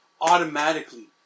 Automatically